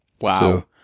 Wow